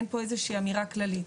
אין פה איזושהי אמירה כללית.